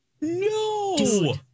No